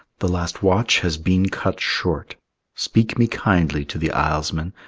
the last watch has been cut short speak me kindly to the islesmen,